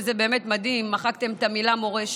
שזה באמת מדהים, מחקתם את המילה "מורשת".